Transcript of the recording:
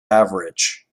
average